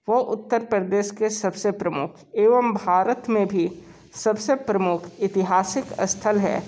वह उत्तर प्रदेश के सबसे प्रमुख एवं भारत में भी सबसे प्रमुख ऐतिहासिक स्थल है